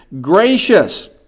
gracious